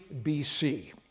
BC